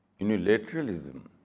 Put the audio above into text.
unilateralism